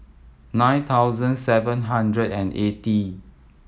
nine thousand seven hundred and eighty